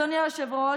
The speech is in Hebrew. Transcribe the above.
אדוני היושב-ראש,